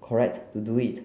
correct to do it